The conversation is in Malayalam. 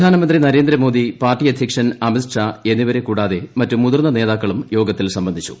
പ്രധാനമന്ത്രി നരേന്ദ്രമോദി പാർട്ടി അധ്യക്ഷൻ അമിത് ഷാ എന്നിവരെ കൂടാതെ മറ്റ് മുതിർന്ന നേതാക്കളും യോഗത്തിൽ സംബന്ധിച്ചു